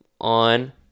on